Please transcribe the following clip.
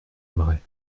aimerait